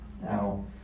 now